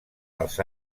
als